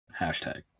Hashtag